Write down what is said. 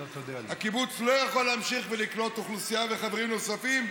הקיבוץ לא יכול להמשיך ולקנות אוכלוסייה וחברים נוספים,